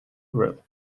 grill